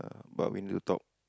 but we need to talk